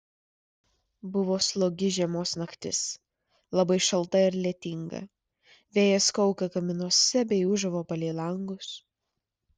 buvo slogi žiemos naktis labai šalta ir lietinga vėjas kaukė kaminuose bei ūžavo palei langus